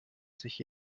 sich